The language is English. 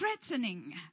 threatening